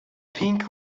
pink